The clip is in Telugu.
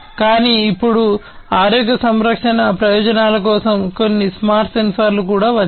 కానీ ఇప్పుడు ఆరోగ్య సంరక్షణ ప్రయోజనాల కోసం కొన్ని స్మార్ట్ సెన్సార్లు కూడా వచ్చాయి